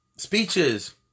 speeches